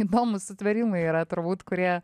įdomūs sutvėrimai yra turbūt kurie